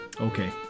Okay